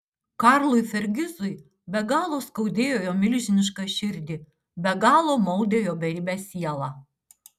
karlui fergizui be galo skaudėjo jo milžinišką širdį be galo maudė jo beribę sielą